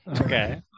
okay